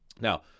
Now